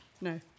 No